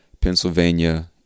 Pennsylvania